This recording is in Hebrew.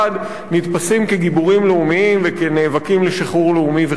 נתפסים כגיבורים לאומיים וכנאבקים לשחרור לאומי וכדומה.